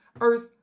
earth